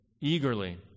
Eagerly